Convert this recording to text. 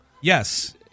Yes